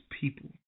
people